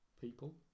people